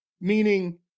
meaning